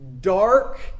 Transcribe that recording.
dark